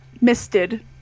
misted